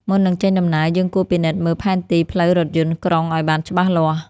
មុននឹងចេញដំណើរ យើងគួរពិនិត្យមើលផែនទីផ្លូវរថយន្តក្រុងឱ្យបានច្បាស់លាស់។